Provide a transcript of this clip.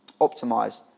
Optimize